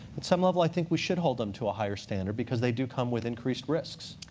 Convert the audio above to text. at some level, i think we should hold them to a higher standard, because they do come with increased risks.